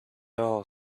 all